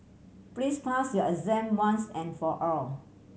please pass your exam once and for all